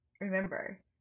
Remember